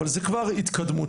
אבל זאת כבר התקדמות,